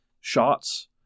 shots